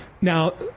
now